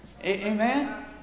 Amen